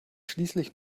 schließlich